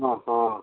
ହଁ ହୋ